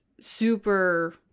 super